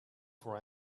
for